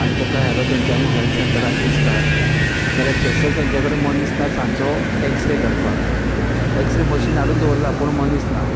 आनी तेका व्हेलो तेंच्यानी हेल्थ सेंटरान तिस्कार जाल्या थंयसर तेंच्या कडे मनीस ना सांजचो एक्सरे काडपाक एक्सरे मशीन हाडून दवरला पूण मनीस ना